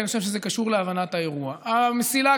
כי אני חושב שזה קשור להבנת האירוע: המסילה,